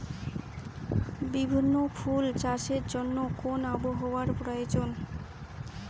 বিভিন্ন ফুল চাষের জন্য কোন আবহাওয়ার প্রয়োজন?